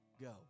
go